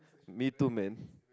me too man